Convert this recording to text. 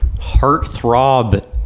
heartthrob